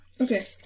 Okay